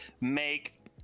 make